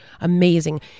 amazing